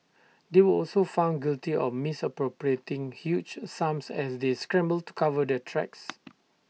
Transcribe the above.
they were also found guilty of misappropriating huge sums as they scrambled to cover their tracks